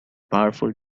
powerful